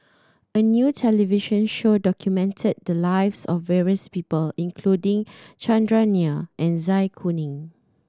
a new television show documented the lives of various people including Chandran Nair and Zai Kuning